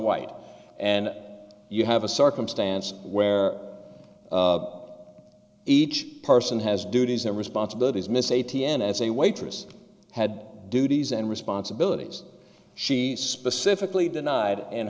white and you have a circumstance where each person has duties and responsibilities miss a t n as a waitress had duties and responsibilities she specifically denied and